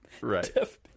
Right